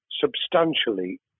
substantially